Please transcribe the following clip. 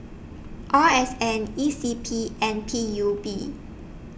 R S N E C P and P U B